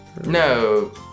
No